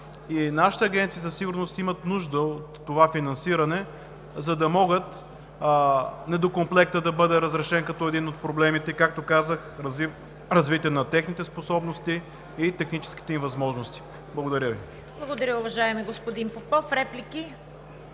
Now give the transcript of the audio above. нашите агенции за сигурност имат нужда от това финансиране, за да може некомплектът да бъде разрешен като един от проблемите, както казах, развитието на техните способности и техническите им възможности. Благодаря Ви. ПРЕДСЕДАТЕЛ ЦВЕТА КАРАЯНЧЕВА: Благодаря, уважаеми господин Попов. Реплики?